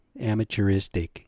amateuristic